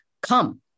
come